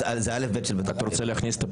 מי נמנע?